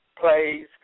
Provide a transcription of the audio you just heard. plays